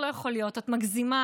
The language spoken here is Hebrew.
במקום זה, בזבזו כיד המלך.